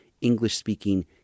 English-speaking